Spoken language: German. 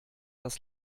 das